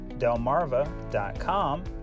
Delmarva.com